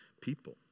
people